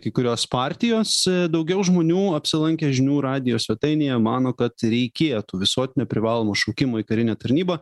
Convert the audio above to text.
kai kurios partijos daugiau žmonių apsilankę žinių radijo svetainėje mano kad reikėtų visuotinio privalomo šaukimo į karinę tarnybą